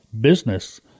business